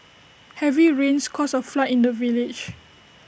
heavy rains caused A flood in the village